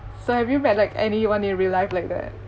so have you met like anyone in real life like that